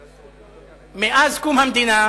מאז קום המדינה